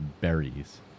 berries